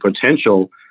potential